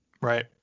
right